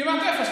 כמעט אפס,